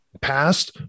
passed